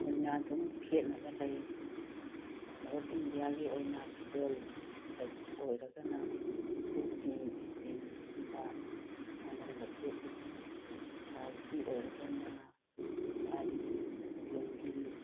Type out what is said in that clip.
ꯑꯣꯏꯅ ꯑꯗꯨꯝ ꯈꯦꯠꯅꯕ ꯂꯩ ꯅꯣꯔꯠ ꯏꯟꯗꯤꯌꯥꯒꯤ ꯑꯣꯏꯅ ꯐꯤꯖꯣꯜꯗ ꯑꯣꯏꯔꯒꯅ ꯀꯨꯔꯇꯤ ꯖꯤꯟꯁꯀꯨꯝꯕ ꯑꯅꯝꯕ ꯁꯦꯠꯂꯤ ꯁꯥꯎꯠꯀꯤ ꯑꯣꯏꯔꯒꯅ ꯁꯥꯔꯤ ꯂꯨꯡꯒꯤ